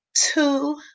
two